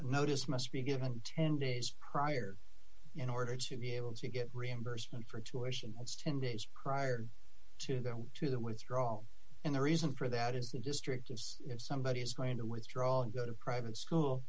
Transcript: notice must be given ten days prior in order to be able to get reimbursement for tuition that's ten days prior to go to the withdrawal and the reason for that is the district is if somebody is going to withdraw and go to private school